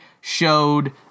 showed